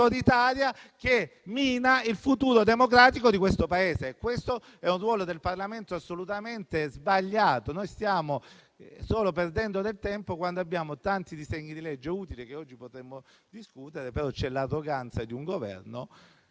che mina il futuro democratico di questo Paese. Questo è un ruolo del Parlamento assolutamente sbagliato. Noi stiamo solo perdendo del tempo, quando abbiamo tanti disegni di legge utili che oggi potremmo discutere, però c'è l'arroganza di un Governo